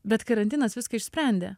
bet karantinas viską išsprendė